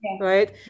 right